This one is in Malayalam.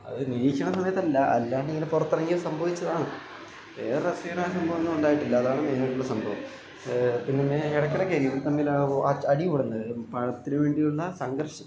അത് നിരീക്ഷണ സമയത്തല്ല അല്ലാണ്ടിങ്ങനെ പുറത്തിറങ്ങിയ സംഭവിച്ചതാണ് വേറെ രസകരമായ സംഭവമൊന്നും ഉണ്ടായിട്ടില്ല അതാണ് മെയിനായിട്ടുള്ള സംഭവം പിന്നിങ്ങനെ ഇടയ്ക്ക് ഇടയ്ക്ക് ഇവ തമ്മിൽ അടി കൂടുന്നത് പഴത്തിന് വേണ്ടിയുള്ള സംഘർഷം